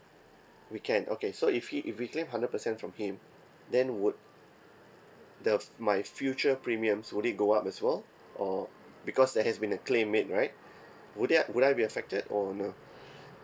we can okay so if he if we claim hundred percent from him then would the my future premium slowly go up as well or because there has been a claim made right would that would I be affected or no